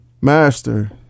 Master